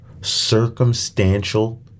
Circumstantial